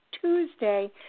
Tuesday